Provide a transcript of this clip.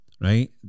right